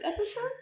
episode